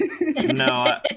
No